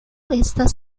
estas